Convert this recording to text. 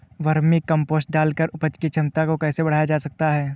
Vermi compost डालकर उपज की क्षमता को कैसे बढ़ाया जा सकता है?